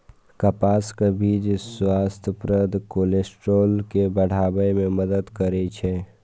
कपासक बीच स्वास्थ्यप्रद कोलेस्ट्रॉल के बढ़ाबै मे मदति करै छै